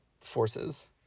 forces